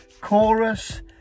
chorus